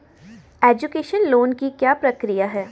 Education loan की क्या प्रक्रिया है?